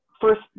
first